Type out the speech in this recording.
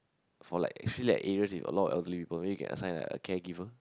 for like feel like areas in like a lot of elderly people maybe can assign a caregiver